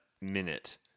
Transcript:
minute